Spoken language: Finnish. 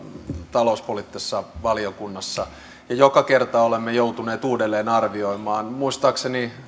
talouspoliittisessa valiokunnassa ja joka kerta olemme joutuneet uudelleen arvioimaan muistaakseni